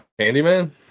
Candyman